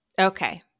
Okay